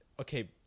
okay